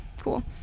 cool